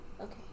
Okay